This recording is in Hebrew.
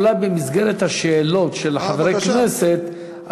אולי במסגרת השאלות של חברי הכנסת,